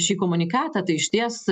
šį komunikatą tai išties